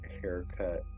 haircut